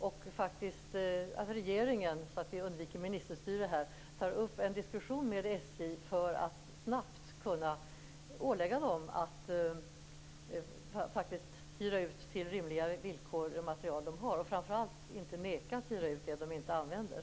För undvikande av ministerstyre kunde regeringen ta upp en diskussion med SJ och snabbt ålägga SJ att hyra ut sin materiel till rimligare villkor och framför allt att inte neka att hyra ut den som det inte använder?